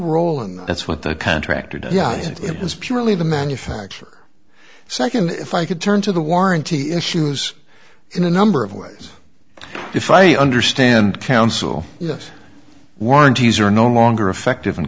role and that's what the contractor did yeah it was purely the manufacturer second if i could turn to the warranty issues in a number of ways if i understand counsel yes warranties are no longer effective